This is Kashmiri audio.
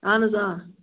اَہَن حظ آ